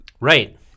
Right